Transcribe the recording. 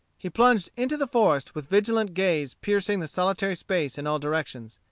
he plunged into the forest, with vigilant gaze piercing the solitary space in all directions.